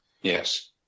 Yes